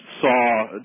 saw